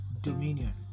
dominion